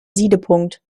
siedepunkt